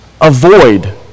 avoid